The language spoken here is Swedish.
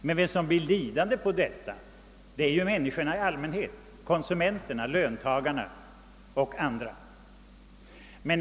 Men de som blir lidande på detta är ju människorna i allmänhet — konsumenterna, löntagarna och andra kategorier.